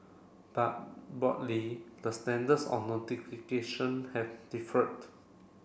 but broadly the standards on notification have differed